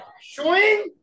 Showing